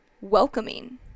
welcoming